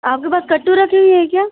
आपके पास कट्टु रखी हुई है क्या